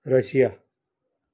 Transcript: Russia